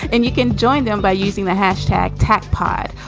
and you can join them by using the hashtag tac pod.